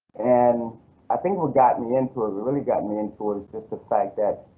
and i think we've got me into it really got me into it is just the fact that.